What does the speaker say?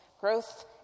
growth